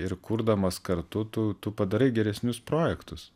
ir kurdamas kartu tu tu padarai geresnius projektus